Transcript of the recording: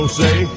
say